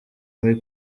muri